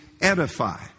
edify